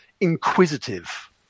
inquisitive